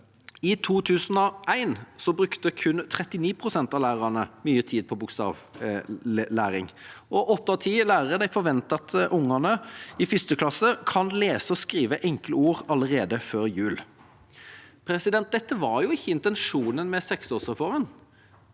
I 2001 brukte kun 39 pst. av lærerne mye tid på bokstavlæring. Åtte av ti lærere forventer at ungene i 1. klasse kan lese og skrive enkle ord allerede før jul. Dette var ikke intensjonen med seksårsreformen.